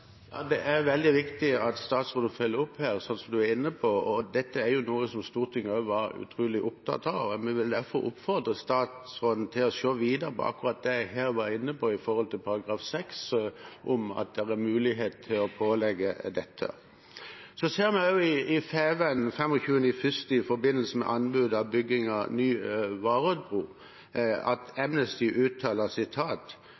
Det er veldig viktig at statsråden følger opp her, sånn som hun er inne på. Dette er noe som Stortinget også var utrolig opptatt av, og vi vil derfor oppfordre statsråden til å se videre på akkurat det jeg her var inne på med hensyn til § 6, om at det er mulighet til å pålegge dette. Så ser vi i Fædrelandsvennen 26. januar i år, i forbindelse med anbud på bygging av ny Varoddbru, at